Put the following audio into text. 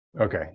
Okay